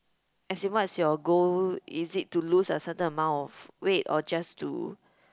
as in what is your goal is it to lose a certain amount of weight or just to